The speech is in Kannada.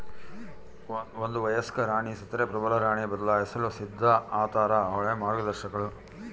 ಒಂದು ವಯಸ್ಕ ರಾಣಿ ಸತ್ತರೆ ಪ್ರಬಲರಾಣಿ ಬದಲಾಯಿಸಲು ಸಿದ್ಧ ಆತಾರ ಅವಳೇ ಮಾರ್ಗದರ್ಶಕಳು